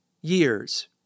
years